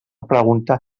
pregunta